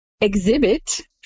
exhibit